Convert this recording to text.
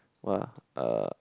what ah uh